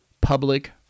public